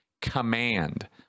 command